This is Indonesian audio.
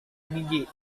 gigi